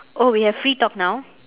oh we have free talk now